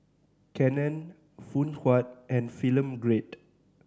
Canon Phoon Huat and Film Grade